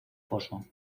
foso